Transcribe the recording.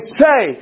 say